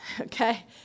Okay